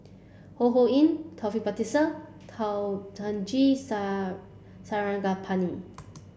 Ho Ho Ying Taufik Batisah Thamizhavel G Sar Sarangapani